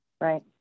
Right